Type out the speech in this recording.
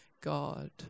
God